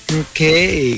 okay